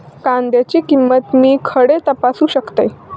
कांद्याची किंमत मी खडे तपासू शकतय?